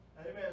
Amen